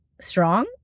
strong